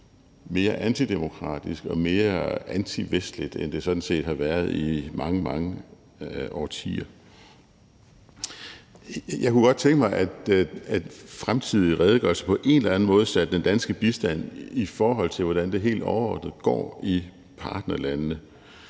mere antidemokratisk og mere antivestligt, end det har været i mange, mange årtier. Jeg kunne godt tænke mig, at fremtidige redegørelser på en eller anden måde satte den danske bistand i forhold til, hvordan det helt overordnet går i partnerlandene.